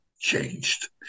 changed